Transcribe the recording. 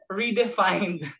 redefined